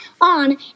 on